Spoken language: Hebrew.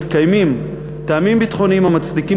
מתקיימים טעמים ביטחוניים המצדיקים